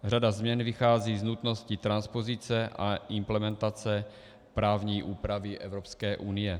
Řada změn vychází z nutnosti transpozice a implementace právní úpravy Evropské unie.